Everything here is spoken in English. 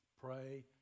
Pray